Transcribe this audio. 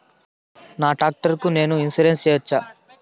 నా టాక్టర్ కు నేను ఇన్సూరెన్సు సేయొచ్చా?